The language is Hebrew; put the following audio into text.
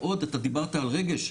אתה דיברת על רגש,